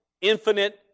infinite